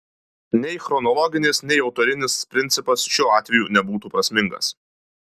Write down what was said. nei chronologinis nei autorinis principas šiuo atveju nebūtų prasmingas